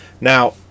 Now